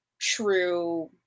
true